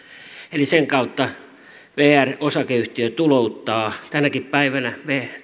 eli sen kautta vr osakeyhtiö tulouttaa tänäkin päivänä